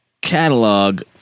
catalog